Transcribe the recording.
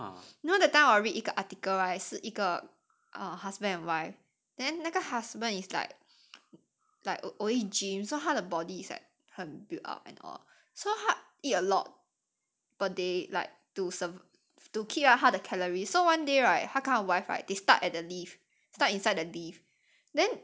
know that time 我 read 一个 article right 是一个 err husband and wife then 那个 husband is like like always gym so 他的 body is like 很 build up and all so 他 eat a lot per day like to keep up 他的 calories so one day right 他跟他的 wife they stuck at the lift stuck inside the lift